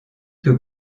que